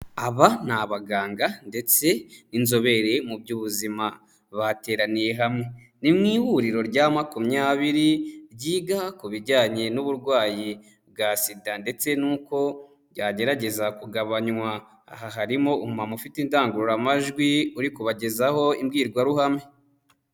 Aba ni abaganga ndetse n'inzobere mu by'ubuzima bateraniye hamwe. Ni mu ihuriro rya makumyabiri ryiga ku bijyanye n'uburwayi bwa sida ndetse n'uko byagerageza kugabanywa. Aha harimo umuntu ufite indangururamajwi uri kubagezaho imbwirwaruhame.